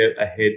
ahead